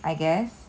I guess